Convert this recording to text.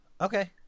Okay